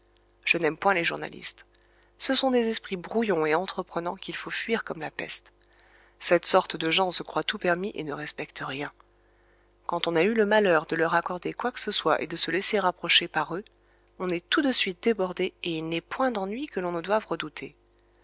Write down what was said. je n'aime point les journalistes ce sont des esprits brouillons et entreprenants qu'il faut fuir comme la peste cette sorte de gens se croit tout permis et ne respecte rien quand on a eu le malheur de leur accorder quoi que ce soit et de se laisser approcher par eux on est tout de suite débordé et il n'est point d'ennuis que l'on ne doive redouter